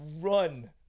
run